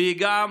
והן גם